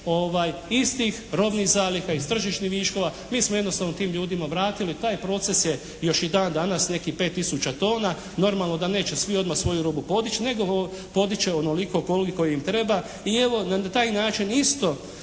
istih robnih zaliha iz tržišnih viškova. Mi smo jednostavno tim ljudima vratili, taj proces je još i dan danas nekih 5 tisuća tona. Normalno da neće svi odmah svoju robu podići, nego podići će onoliko koliko im treba i evo na taj način isto